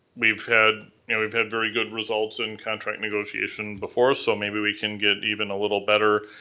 we've had you know we've had very good results in contract negotiations before. so maybe we can get even a little better.